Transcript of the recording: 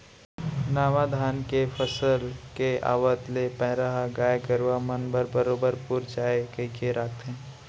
नावा धान के फसल के आवत ले पैरा ह गाय गरूवा मन बर बरोबर पुर जाय कइके राखथें